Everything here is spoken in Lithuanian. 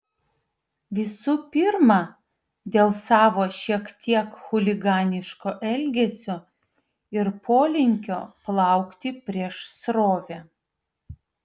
visų pirma dėl savo šiek tiek chuliganiško elgesio ir polinkio plaukti prieš srovę